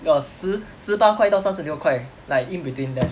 没有十十八块到三十六块 like in between there